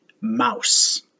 Mouse